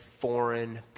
foreign